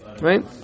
Right